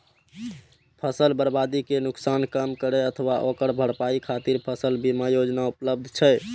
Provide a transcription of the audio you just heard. फसल बर्बादी के नुकसान कम करै अथवा ओकर भरपाई खातिर फसल बीमा योजना उपलब्ध छै